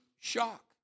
shock